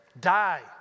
die